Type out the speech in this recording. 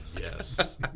Yes